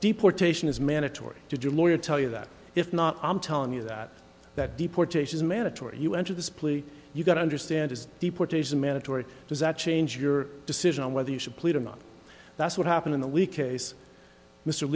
deportation is mandatory to do a lawyer tell you that if not i'm telling you that that deportations mandatory you enter this plea you've got to understand his deportation mandatory does that change your decision on whether you should plead a month that's what happened in the week case mr